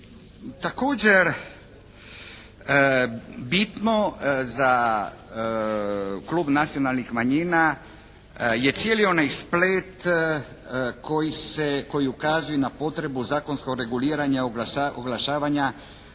Također, bitno za klub nacionalnih manjina je cijeli onaj splet koji se, koji ukazuje i na potrebu zakonskog reguliranja oglašavanja